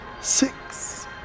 six